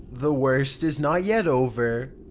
the worst is not yet over.